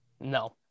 No